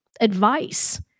advice